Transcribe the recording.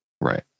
Right